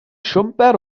siwmper